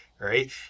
right